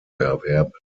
erwerben